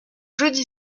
jeudi